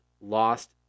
lost